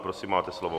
Prosím, máte slovo.